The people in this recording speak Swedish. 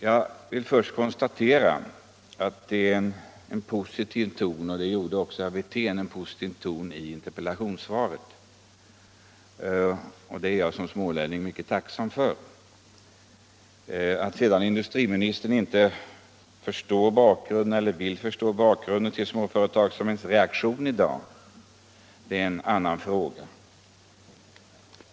Jag vill till att börja med konstatera — och det gjorde också herr Wirtén — att det är en positiv ton i interpellationssvaret. Det är jag som smålänning mycket tacksam för. Att sedan industriministern inte vill förstå bakgrunden till småföretagens reaktion i dag är en annan fråga.